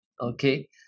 okay